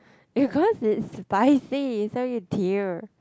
because it's spicy so you tear